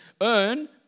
earn